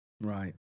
Right